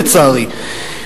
לצערי.